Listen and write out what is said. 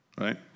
right